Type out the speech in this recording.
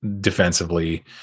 defensively